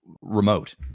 remote